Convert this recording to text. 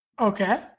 Okay